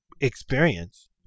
experience